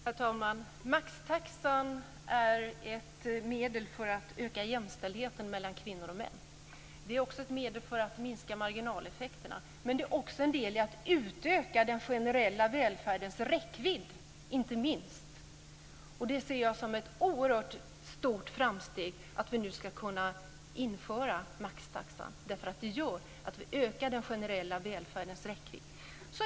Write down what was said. Herr talman! Maxtaxan är ett medel för att öka jämställdheten mellan kvinnor och män. Den är också ett medel för att minska marginaleffekterna. Men den är också en del i att öka den generella välfärdens räckvidd, inte minst. Jag ser det som ett oerhört stort framsteg att vi nu ska kunna införa maxtaxan. Det gör att vi ökar den generella välfärdens räckvidd.